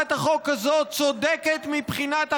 הצעת החוק הזאת צודקת מבחינת החברה,